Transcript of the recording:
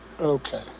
Okay